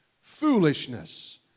foolishness